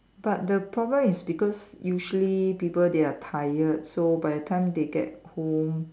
but the problem is because usually people they are tired so by the time they get home